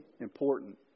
important